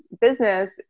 business